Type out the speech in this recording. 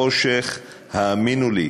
בחושך, האמינו לי: